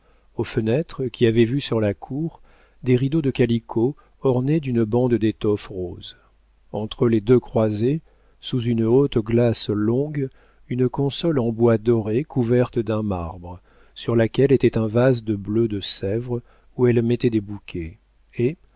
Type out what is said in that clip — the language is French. aux fenêtres qui avaient vue sur la cour des rideaux de calicot ornés d'une bande d'étoffe rose entre les deux croisées sous une haute glace longue une console en bois doré couverte d'un marbre sur laquelle était un vase bleu de sèvres où elle mettait des bouquets et